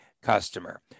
customer